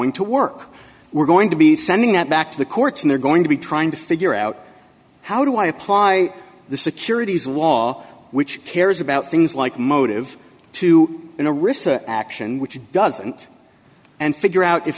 to work we're going to be sending that back to the courts and they're going to be trying to figure out how do i apply the securities wall which cares about things like motive to in a risk action which doesn't and figure out if